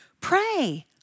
pray